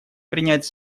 принять